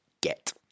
get